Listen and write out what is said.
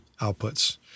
outputs